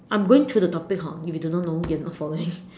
I'm going through the topic hor if you do not know you are not following